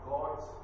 God's